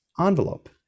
envelope